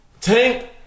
Tank